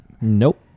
Nope